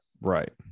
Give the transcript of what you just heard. right